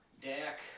Dak